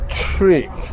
trick